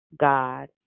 God